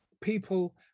people